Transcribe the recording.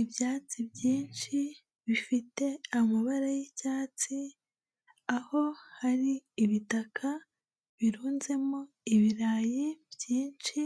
Ibyatsi byinshi bifite amabara y'icyatsi, aho hari ibitaka birunzemo ibirayi byinshi